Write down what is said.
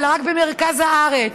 אלא רק במרכז הארץ.